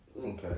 Okay